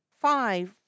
five